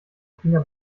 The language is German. finger